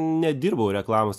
nedirbau reklamos